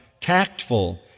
tactful